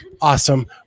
Awesome